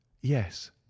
yes